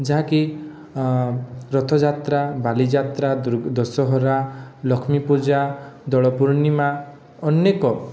ଯାହାକି ରଥଯାତ୍ରା ବାଲିଯାତ୍ରା ଦୁର୍ଗା ଦଶହରା ଲକ୍ଷ୍ମୀ ପୂଜା ଦୋଳ ପୂର୍ଣିମା ଅନେକ